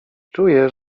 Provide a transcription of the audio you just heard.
czuję